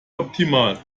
optimal